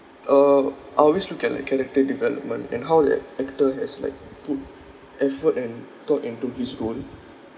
uh I'll always look at like character development and how that actor has like put effort and thought into his role